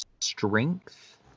strength